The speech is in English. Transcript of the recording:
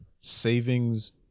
savings